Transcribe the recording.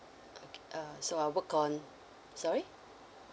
okay uh so I work on sorry